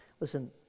Listen